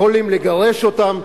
יכולים לגרש אותם,